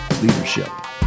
Leadership